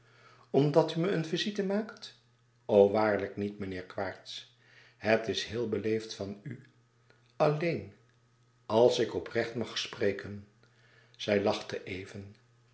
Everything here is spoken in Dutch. omdat u me een visite maakt o waarlijk niet meneer quaerts het is heel beleefd van u alleen als ik oprecht mag spreken zij lachte even